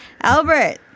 Albert